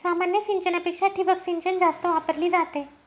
सामान्य सिंचनापेक्षा ठिबक सिंचन जास्त वापरली जाते